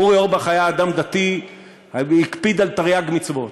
אורי אורבך היה אדם דתי והקפיד על תרי"ג מצוות.